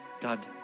God